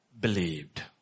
believed